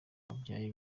abyaye